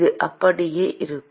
அது அப்படியே இருக்கும்